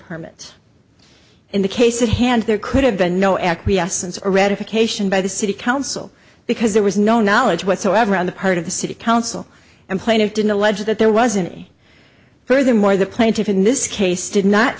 permits in the case at hand there could have been no acquiescence or ratification by the city council because there was no knowledge whatsoever on the part of the city council and plaintiff didn't allege that there wasn't any furthermore the plaintiffs in this case did not